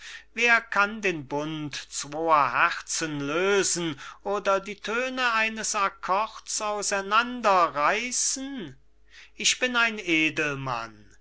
wer kann den bund zweier herzen lösen oder die töne eines accords auseinander reißen ich bin ein